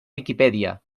viquipèdia